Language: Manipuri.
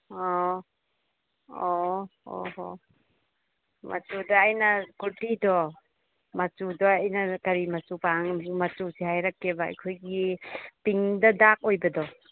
ꯑꯣ ꯑꯣ ꯑꯣ ꯍꯣ ꯃꯆꯨꯗꯣ ꯑꯩꯅ ꯀꯨꯔꯇꯤꯗꯣ ꯃꯆꯨꯗꯣ ꯑꯩꯅ ꯀꯔꯤ ꯃꯆꯨ ꯄꯥꯝꯒꯦ ꯃꯆꯨꯁꯦ ꯍꯥꯏꯔꯛꯀꯦꯕ ꯑꯩꯈꯣꯏꯒꯤ ꯄꯤꯡꯗ ꯗꯥꯛ ꯑꯣꯏꯕꯗꯣ